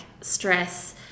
stress